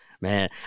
Man